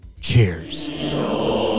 cheers